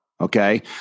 okay